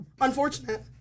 unfortunate